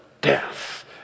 death